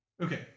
Okay